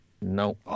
No